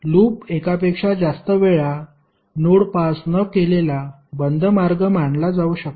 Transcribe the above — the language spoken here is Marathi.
लूप एकापेक्षा जास्त वेळा नोड पास न केलेला बंद मार्ग मानला जाऊ शकतो